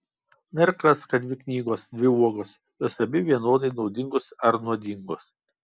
na ir kas kad dvi knygos dvi uogos jos abi vienodai naudingos ar nuodingos